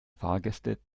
fahrgäste